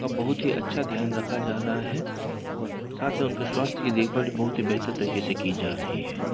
का बहुत ही अच्छा ध्यान रखा जा रहा है और साथ में उनके स्वास्थ्य की देखभाल भी बहुत ही बेहतर तरीके से की जा रही है